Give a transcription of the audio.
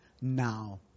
now